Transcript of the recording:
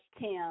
Tim